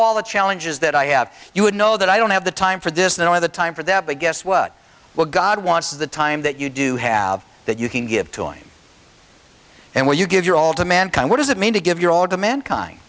all the challenges that i have you would know that i don't have the time for this nor the time for that but guess what what god wants is the time that you do have that you can give to him and when you give your all to mankind what does it mean to give your all to mankind